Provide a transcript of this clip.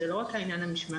אז לא רק העניין המשמעתי,